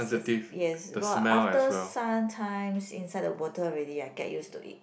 yes well after sometimes inside the water already I get used to it